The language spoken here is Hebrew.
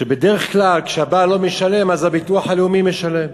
שבדרך כלל כשהבעל לא משלם אז הביטוח הלאומי משלם,